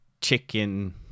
chicken